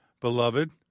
beloved